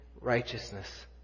righteousness